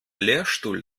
lehrstuhl